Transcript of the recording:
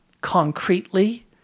concretely